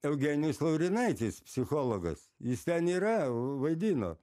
eugenijus laurinaitis psichologas jis ten yra vaidino